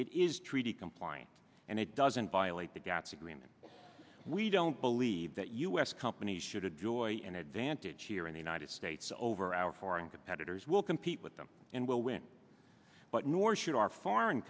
is treaty compliant and it doesn't violate the gaps agreement we don't believe that u s companies should have joy and advantage here in the united states over our foreign competitors will compete with them and will win but nor should our foreign